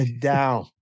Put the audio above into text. down